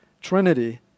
Trinity